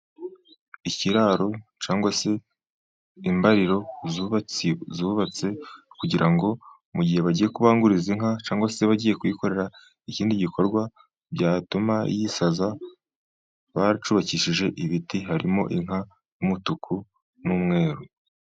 Ikiraro cyangwa se imbariro zubatse, kugira ngo mu gihe bagiye kubanguriza inka, cyangwa se bagiye kuyikorera ikindi gikorwa byatuma yisaza, bacyubakishije ibiti harimo inka y'umutuku n'umweru.